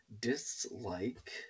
dislike